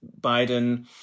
Biden